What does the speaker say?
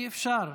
אי-אפשר.